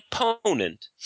opponent